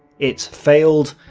it failed,